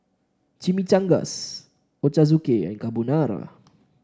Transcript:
Chimichangas Ochazuke and Carbonara